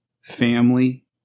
family